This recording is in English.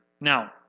Now